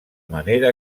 manera